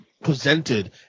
presented